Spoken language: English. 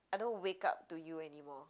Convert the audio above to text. I don't wake up to you anymore